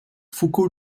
foucault